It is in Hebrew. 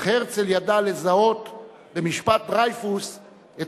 אך הרצל ידע לזהות במשפט דרייפוס את